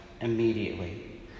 Immediately